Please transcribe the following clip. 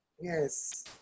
Yes